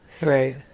Right